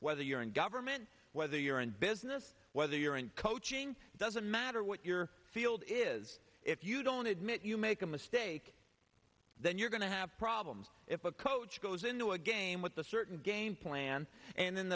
whether you're in government whether you're in business whether you're in coaching doesn't matter what your field is if you don't admit you make a mistake then you're going to have problems if a coach goes into a game with the certain game plan and then